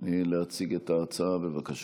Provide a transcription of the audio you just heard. להציג את ההצעה, בבקשה.